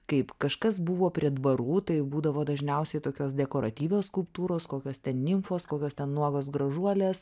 kaip kažkas buvo prie dvarų tai būdavo dažniausiai tokios dekoratyvios skulptūros kokios ten nimfos kokios ten nuogos gražuolės